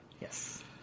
Yes